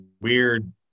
weird